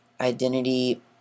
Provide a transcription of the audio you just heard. Identity